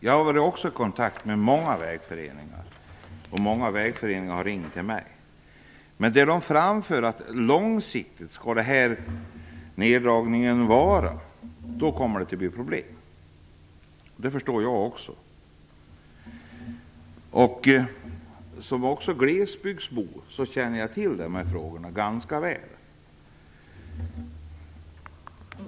Jag har varit i kontakt med många vägföreningar, och många vägföreningar har ringt till mig. Det de framför är, att om neddragningen kommer att bestå långsiktigt kommer det att bli problem, och det förstår jag också. Som glesbygdsbo känner jag till dessa frågor ganska väl.